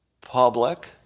public